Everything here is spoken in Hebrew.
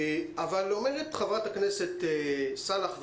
אבל אומרת חברת הכנסת סאלח,